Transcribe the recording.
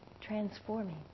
transforming